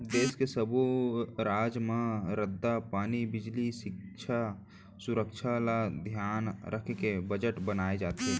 देस के सब्बो राज म रद्दा, पानी, बिजली, सिक्छा, सुरक्छा ल धियान राखके बजट बनाए जाथे